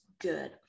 good